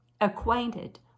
acquainted